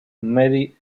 mary